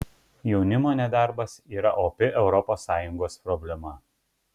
jaunimo nedarbas yra opi europos sąjungos problema